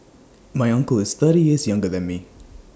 my uncle is thirty years younger than me